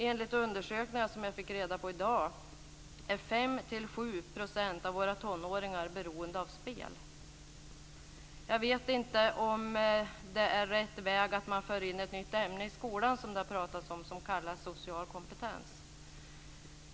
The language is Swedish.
Enligt undersökningar som jag fick reda på i dag är 5-7 % av våra tonåringar beroende av spel. Jag vet inte om det är rätt väg att man för in ett nytt ämne i skolan, som det pratats om, som kallas social kompetens.